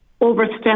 overstep